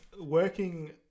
Working